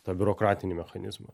tą biurokratinį mechanizmą